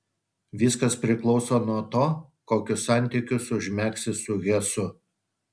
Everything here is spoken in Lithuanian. viskas priklauso nuo to kokius santykius užmegsi su hesu